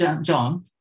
John